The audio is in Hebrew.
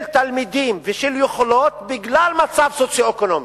של תלמידים ושל יכולות בגלל מצב סוציו-אקונומי,